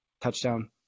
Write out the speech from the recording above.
touchdown